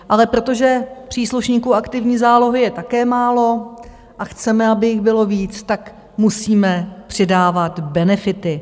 Ale protože příslušníků aktivní zálohy je také málo a chceme, aby jich bylo víc, tak musíme přidávat benefity.